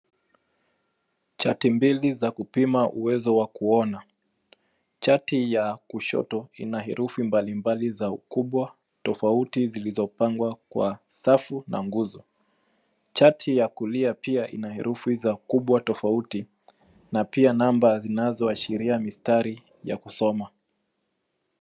Chati mbili za kupima uwezo wa kuona zipo mezani. Chati ya kushoto ina herufi za ukubwa tofauti zilizopangwa kwa safu na nguzo. Chati ya kulia pia ina herufi za ukubwa tofauti pamoja na namba, zote zikipangwa kwa mistari inayosaidia kupima uwezo wa kusoma